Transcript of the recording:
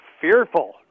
fearful